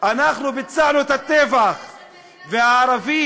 אנחנו ביצענו את הטבח והערבים,